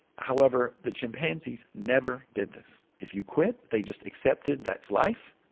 however, the chimpanzees never did this. if you quit, they just accepted that's life,